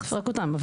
צריך לפרק אותם.